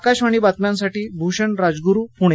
आकाशवाणी बातम्यांसाठी भूषण राजगुरु पूणे